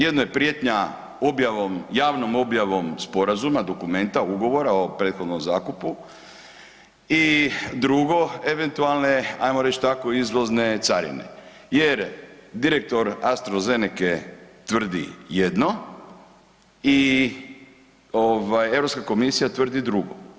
Jedno je prijetnja objavom, javnom objavom sporazuma, dokumenta, ugovora o prethodnom zakupu, i drugo, eventualne, ajmo reći tako, izvozne carine jer direktor AstraZenece tvrdi jedno, i ovaj, EU komisija tvrdi drugo.